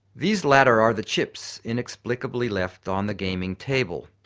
these latter are the chips inexplicably left on the gaming table,